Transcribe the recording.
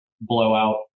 blowout